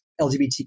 LGBTQ